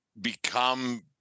become